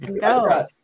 Go